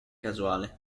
casuale